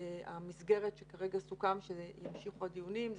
המסגרת שעליה סוכם שימשיכו הדיונים היא